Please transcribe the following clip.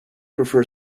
prefer